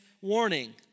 warning